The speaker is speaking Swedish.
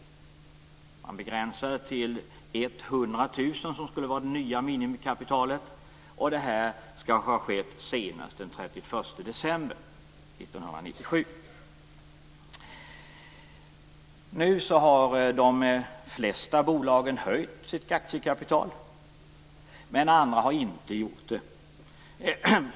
Man begränsar det till Detta skall ha skett senast den 31 december 1997. Nu har de flesta bolag höjt sitt aktiekapital, men andra har inte gjort det.